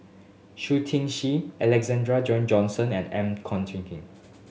Shui Tin Si Alexander Johnston and M